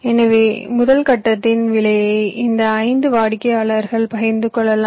எனவே முதல் கட்டத்தின் விலையை இந்த ஐந்து வாடிக்கையாளர்கள் பகிர்ந்து கொள்ளலாம்